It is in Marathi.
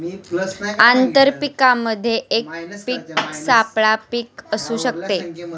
आंतर पीकामध्ये एक पीक सापळा पीक असू शकते